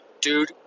Dude